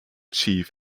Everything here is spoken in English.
chief